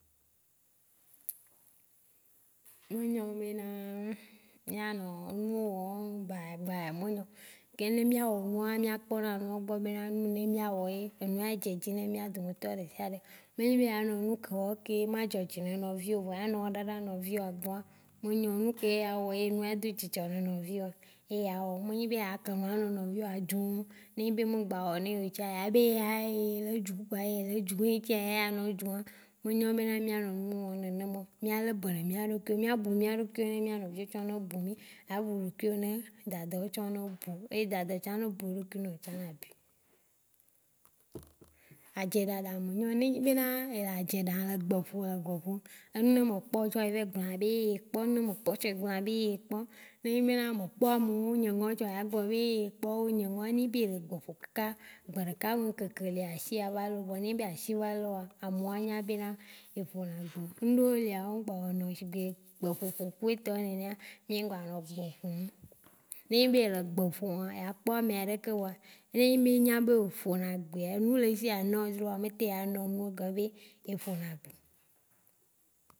Menyɔ be na mianɔ nuwo wɔm gba ya gba ya menyɔ ke ne mía wɔ nuwa. Mía kpɔna nuwo gbɔ be na enu ne mía wɔ ye enua dzedzi ne mía dometɔ ɖe sia ɖe, me nyi be yea nɔ nuka wɔke ye ma dzɔdzi ne nɔvio, vɔa ya nɔ wɔ ŋ ɖaɖa. Nɔvi woa gbɔa me nyɔ nuke ye ya wɔ ye nua do dzidzɔ ne nɔvi woa eye ya wɔ. Me nyi be ya kenu a nɔ nɔvi woa dzuŋ. Ne enyi be me gba wɔ nɛ ye tsã ya b ya ye le edzu kpɔa ye le dzu gbe ye ye ŋtsia ya ye nɔ a nɔ dzuŋa me nyɔ be mia nɔ nu wɔŋ wɔn nene mɔ, mia le be na mia ɖo kuiwo, mia bu mia ɖo kuiwo eye mia nɔ nɔvio tsɔŋ ne bu mi, a bu ɖokuiwo ne dada wo tsã ne bu eɖokui ne wo tsã na bui. Adze ɖaɖa me nyɔ. Ne enyi be na ye le adze ɖã, le gbe ƒo le gogoa, enui ne me kpɔ tsã, ye evɛ gblɔa ya be ekpɔ ne enyi be na ne kpɔ ame wo nye ŋɔ̃ tsã ya gblɔ be ye kpɔ wo nyeŋɔa, ne enyi be ele gbeƒu wo kaka gbeɖeka me ŋkeke lia ashi ya v leo. Vɔa ne enyi be ashi va le woa, ameo wa nya be na ye ƒo na gbe. Ŋɖo lia wo gba wɔna shigbe gbe ƒoƒo ku etɔ nenea mí ŋgba nɔ gbe ƒoŋ. Ne enyi be ye le gbe ƒoŋa, ya kpɔ me ɖeke. Vɔa ne enyi be enya be eƒo gbea, enu le eshi a nɔ, vɔa me te ya nɔ nɔ. Egɔme be ye ƒo na gbe.